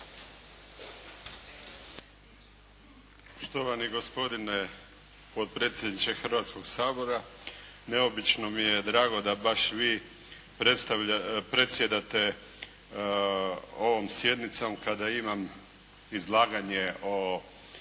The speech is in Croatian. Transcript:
Štovani gospodine potpredsjedniče Hrvatskog sabora, neobično mi je drago da baš vi predsjedate ovom sjednicom kada imam izlaganje o